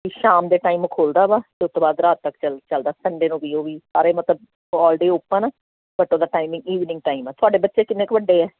ਸ਼ਾਮ ਦੇ ਟਾਈਮ ਖੋਲਦਾ ਵਾ ਅਤੇ ਉਸ ਤੋਂ ਬਾਅਦ ਰਾਤ ਤੱਕ ਚਲਦਾ ਸੰਡੇ ਨੂੰ ਵੀ ਉਹ ਵੀ ਸਾਰੇ ਮਤਲਬ ਆਲ ਡੇ ਓਪਨ ਬਟ ਉਹਦਾ ਟਾਈਮਿੰਗ ਈਵਨਿੰਗ ਟਾਈਮ ਆ ਤੁਹਾਡੇ ਬੱਚੇ ਕਿੰਨੇ ਕੁ ਵੱਡੇ ਆ